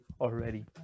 already